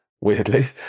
weirdly